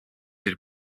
did